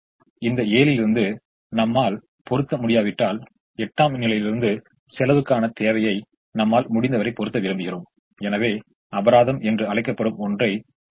எனவே நமக்கு ஏற்ற எந்த வழியிலும் இந்த அலகை கொண்டு நகரலாம் இந்த கட்ட சுழற்சியிலிருந்து வந்தது என்றும் கூறலாம் அதேபோல் இந்த சுழற்சிமுறை வேறு வழியில் இருந்து ஒரே மாதிரியாக இருக்கிறது எனவே நமக்கு கிடைத்து இருப்பது 3 5 6 7 மற்றும் பல ஆகும்